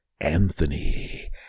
Anthony